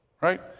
right